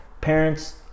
parents